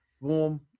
warm